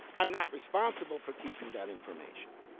i'm not responsible for keeping that information.